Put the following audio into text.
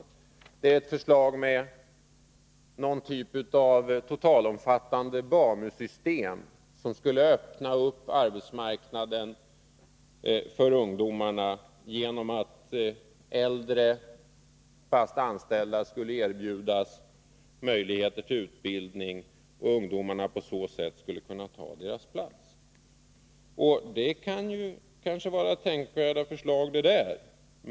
Förslaget går ut på att vi skulle få någon typ av ett totalomfattande BANU-system. Därmed skulle arbetsmarknaden öppnas för ungdomarna. Äldre fast anställda skulle erbjudas möjligheter till utbildning, och ungdomarna skulle på det sättet kunna ta de äldres plats. Förslagen är kanske tänkvärda.